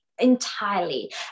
entirely